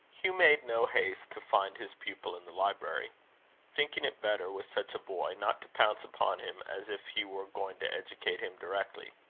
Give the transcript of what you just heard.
hugh made no haste to find his pupil in the library thinking it better, with such a boy, not to pounce upon him as if he were going to educate him directly.